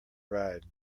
ride